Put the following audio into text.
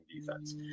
defense